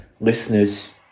listeners